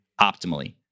optimally